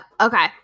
okay